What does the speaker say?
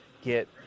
get